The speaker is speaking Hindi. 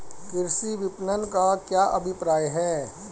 कृषि विपणन का क्या अभिप्राय है?